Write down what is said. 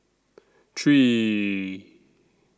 three